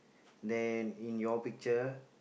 then in your picture